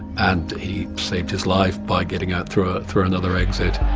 and he saved his life by getting out through ah through another exit.